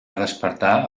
despertar